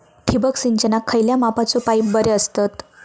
ठिबक सिंचनाक खयल्या मापाचे पाईप बरे असतत?